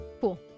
Cool